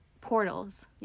portals